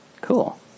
Cool